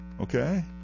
okay